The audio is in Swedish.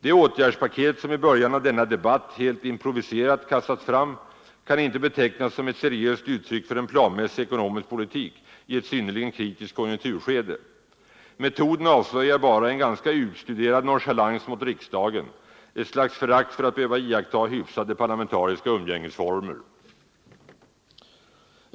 Det åtgärdspaket, som i början av denna debatt — helt improviserat — kastats fram, kan inte betecknas som ett seriöst uttryck för en planmässig ekonomisk politik i ett synnerligen kritiskt konjunkturskede. Metoden avslöjar bara en ganska utstuderad nonchalans mot riksdagen, ett slags förakt för att behöva iaktta hyfsade parlamentariska ungängesformer.